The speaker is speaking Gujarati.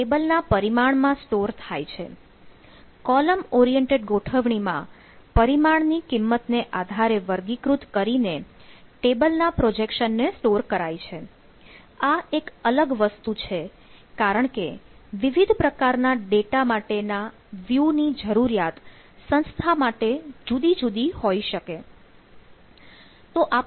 તો કોષ્ટક ની જરૂરીયાત સંસ્થા માટે જુદી જુદી હોઈ શકે છે